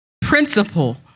principle